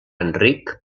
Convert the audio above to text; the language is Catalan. enric